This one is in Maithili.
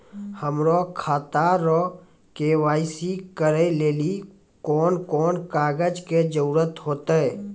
हमरो खाता रो के.वाई.सी करै लेली कोन कोन कागज के जरुरत होतै?